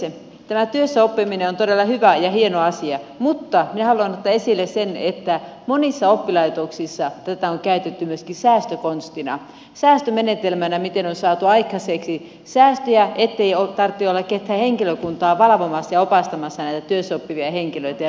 tämä työssäoppiminen on todella hyvä ja hieno asia mutta minä haluan ottaa esille sen että monissa oppilaitoksissa tätä on käytetty myöskin säästökonstina säästömenetelmänä jolla on saatu aikaiseksi säästöjä kun ei tarvitse olla henkilökuntaa valvomassa ja opastamassa näitä työssäoppivia henkilöitä nuoria